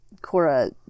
Cora